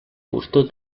gustó